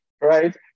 right